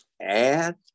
Add